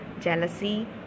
jealousy